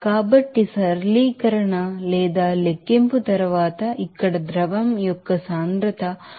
కాబట్టి సరళీకరణ లేదా లెక్కింపు తర్వాత ఇక్కడ ఫ్లూయిడ్ యొక్క డెన్సిటీ 0